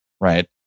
right